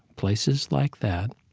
places like that,